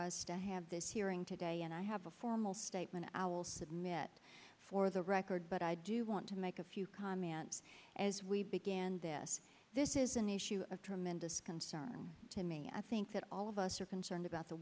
us to have this hearing today and i have a formal statement our submit for the record but i do want to make a few comments as we began this this is an issue of tremendous concern to me i think that all of us are concerned about the